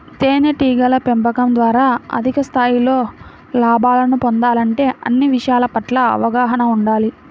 తేనెటీగల పెంపకం ద్వారా అధిక స్థాయిలో లాభాలను పొందాలంటే అన్ని విషయాల పట్ల అవగాహన ఉండాలి